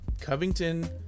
Covington